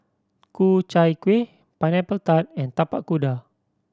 Ku Chai Kueh Pineapple Tart and Tapak Kuda